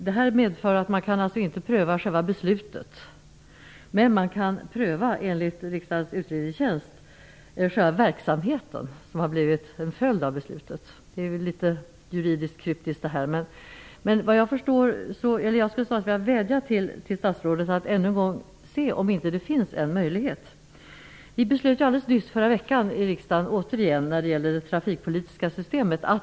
De har sagt att detta medför att beslutet inte kan prövas, men själva verksamheten som har blivt en följd av beslutet kan prövas. Det är väl litet juridiskt kryptiskt. Jag skulle vilja vädja till statsrådet att ännu en gång se efter om det inte finns någon möjlighet. Riksdagen fattade förra veckan återigen ett beslut om det trafikpolitiska systemet.